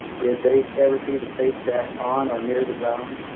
did they ever see the spacecraft on or near the ground?